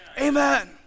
amen